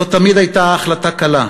לא תמיד הייתה ההחלטה קלה,